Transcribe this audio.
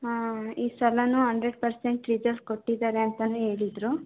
ಹಾಂ ಈ ಸಲವೂ ಹಂಡ್ರೆಡ್ ಪರ್ಸೆಂಟ್ ರಿಸಲ್ಟ್ ಕೊಟ್ಟಿದ್ದಾರೆ ಅಂತಲೂ ಹೇಳಿದರು